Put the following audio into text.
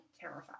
Terrified